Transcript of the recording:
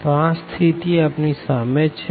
તો આ સ્થિતિ છે